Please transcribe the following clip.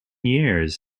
years